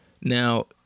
now